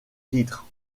titre